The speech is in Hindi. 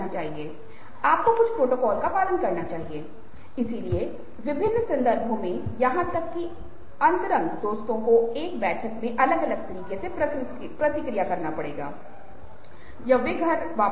जबकि यह हल्के घृणा का प्रतिबिंब है और क्योंकि ऐनक के कारण नाक की झुर्रियों की पहचान करना मुश्किल है लेकिन यह वहाँ है